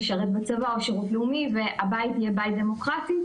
נשרת בצבא או בשירות לאומי והבית יהיה בית דמוקרטי,